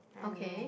I know